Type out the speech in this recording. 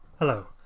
Hello